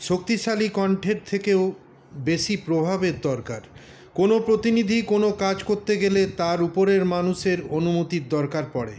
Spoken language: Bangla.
শক্তিশালী কণ্ঠের থেকেও বেশী প্রভাবের দরকার কোনো প্রতিনিধি কোনো কাজ করতে গেলে তার উপরের মানুষের অনুমতির দরকার পড়ে